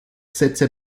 sätze